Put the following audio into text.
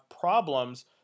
problems